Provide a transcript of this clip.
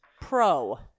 pro